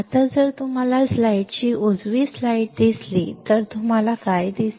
आता जर तुम्हाला स्लाइडची उजवी स्लाइड दिसली तर तुम्हाला काय दिसते